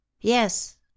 Yes